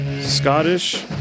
Scottish